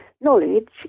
knowledge